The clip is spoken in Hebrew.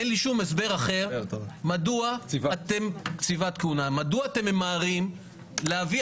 אין לי שום הסבר אחר מדוע אתם ממהרים להביא,